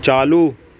چالو